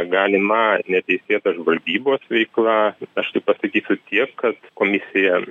galima neteisėta žvalgybos veikla aš tik pasakysiu tiek kad komisija